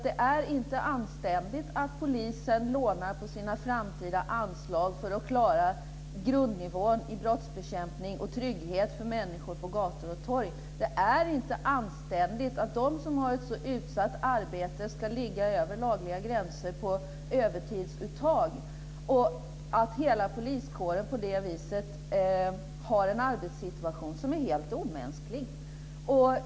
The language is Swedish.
Det är inte anständigt att polisen lånar från sina framtida anslag för att klara grundnivån i brottsbekämpning och trygghet för människor på gator och torg. Det är inte anständigt att de som har ett så utsatt arbete ska ligga över lagliga gränser på övertidsuttag och att hela poliskåren på det viset har en arbetssituation som är helt omänsklig.